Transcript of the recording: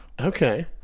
Okay